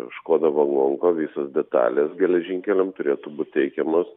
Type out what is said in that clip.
škoda vagonka visos detalės geležinkeliams turėtų būti teikiamos